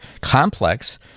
complex